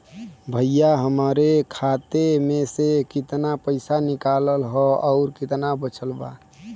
भईया हमरे खाता मे से कितना पइसा निकालल ह अउर कितना बचल बा?